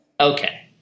Okay